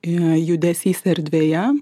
jo judesys erdvėje